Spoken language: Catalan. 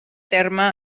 terme